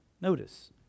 Notice